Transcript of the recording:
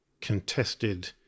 contested